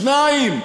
שניים,